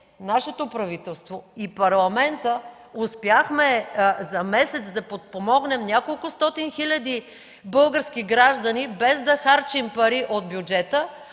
нашето правителство и Парламентът успяхме за месец да подпомогнем няколкостотин хиляди български граждани, без да харчим пари от бюджета,